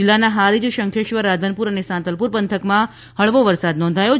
જિલ્લાના હારીજ શંખેશ્વર રાધનપુર અને સાંતલપુર પંથકમાં હળવો વરસાદ નોંધાથો હતો